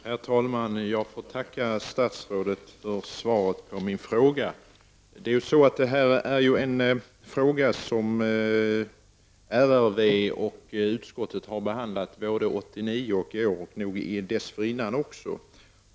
Herr talman! Jag får tacka för svaret på min fråga. Den här frågan har RRV och utskottet behandlat både 1989 och i år, och nog dessförinnan också.